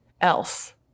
else